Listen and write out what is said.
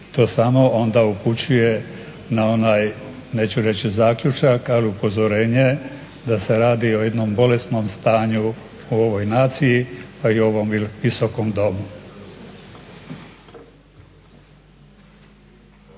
to samo onda upućuje na onaj neću reći zaključak ali upozorenje da se radi o jednom bolesnom stanju u ovoj naciji pa i u ovom Visokom domu.